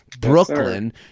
Brooklyn